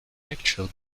actual